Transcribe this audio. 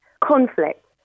conflict